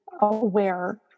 aware